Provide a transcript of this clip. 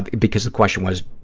because the question was,